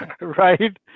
right